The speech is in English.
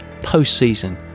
postseason